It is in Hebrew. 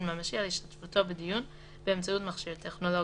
ממשי על השתתפותו בדיון באמצעות מכשיר טכנולוגי.